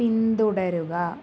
പിന്തുടരുക